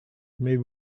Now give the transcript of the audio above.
maybe